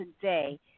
today